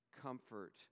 comfort